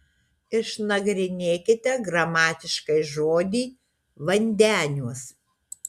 išnagrinėkite gramatiškai žodį vandeniuos